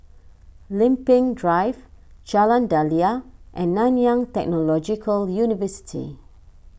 Lempeng Drive Jalan Daliah and Nanyang Technological University